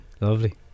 lovely